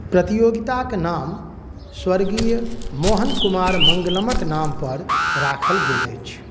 प्रतियोगिताक नाम स्वर्गीय मोहन कुमार मङ्गलमक नाम पर राखल गेल अछि